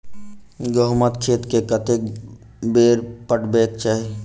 गहुंमक खेत केँ कतेक बेर पटेबाक चाहि?